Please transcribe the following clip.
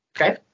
okay